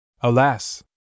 Alas